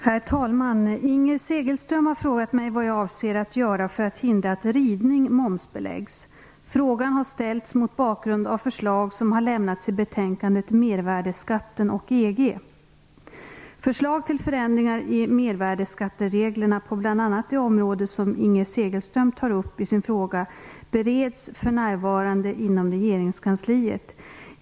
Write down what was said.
Herr talman! Inger Segelström har frågat mig vad jag avser att göra för att hindra att ridning momsbeläggs. Frågan har ställts mot bakgrund av förslag som har lämnats i betänkandet Mervärdesskatten och EG. Förslag till förändringar i mervärdesskattereglerna på bl.a. det område som Inger Segelström tar upp i sin fråga bereds för närvarande inom regeringskansliet.